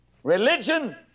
Religion